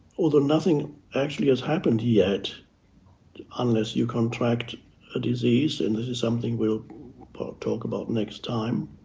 although nothing actually has happened yet unless you contract a disease, and this is something we'll talk about next time,